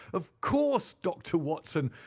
of course, doctor watson,